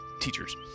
teachers